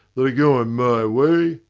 that are going my way,